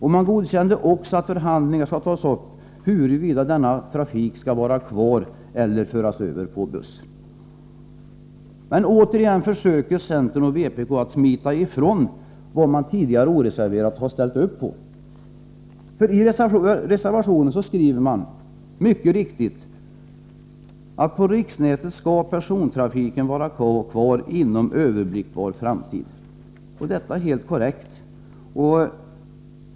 Riksdagen godkände också att förhandlingar skall tas upp om huruvida denna trafik skall vara kvar eller föras över på buss. Återigen försöker centern och vpk smita ifrån vad de tidigare oreserverat har ställt upp på. I reservationen skriver man mycket riktigt att persontrafiken skall vara kvar på riksnätet inom överblickbar framtid. Detta är helt korrekt.